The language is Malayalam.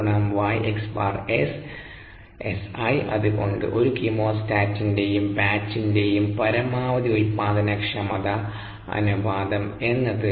അത് കൊണ്ട് ഒരു കീമോസ്റ്റാറ്റിന്റേയും ബാച്ചിന്റെ യും പരമാവധി ഉൽപാദനക്ഷമത അനുപാതം എന്നത്